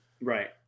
right